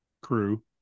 crew